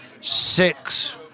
six